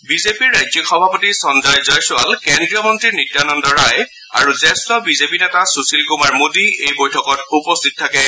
বিজেপিৰ ৰাজ্যিক সভাপতি সঞ্জয় জয়ছাৱাল কেন্দ্ৰীয় মন্নী নিত্যানন্দ ৰায় আৰু জ্যেষ্ঠ বিজেপি নেতা সুশীল কুমাৰ মোডী এই বৈঠকত উপস্থিত থাকে